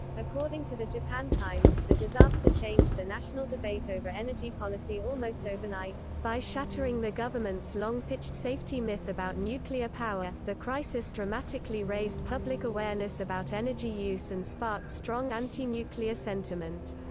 according to the japan times, the disaster changed the national debate over energy policy almost overnight. by shattering the government's long-pitched safety myth about nuclear power, the crisis dramatically raised public public awareness about energy use and sparked strong anti-nuclear sentiment.